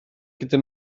gyda